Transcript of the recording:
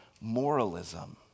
moralism